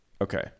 okay